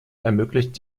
ermöglicht